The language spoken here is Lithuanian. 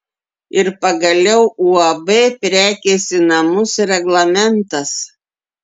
ir pagaliau uab prekės į namus reglamentas